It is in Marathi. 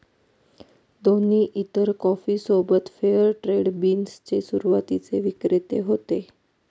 दोन्ही इतर कॉफी सोबत फेअर ट्रेड बीन्स चे सुरुवातीचे विक्रेते होते